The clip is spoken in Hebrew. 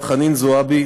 חנין זועבי,